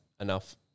enough